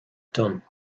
done